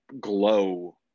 glow